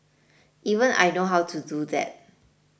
even I know how to do that